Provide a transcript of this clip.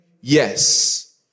yes